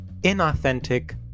inauthentic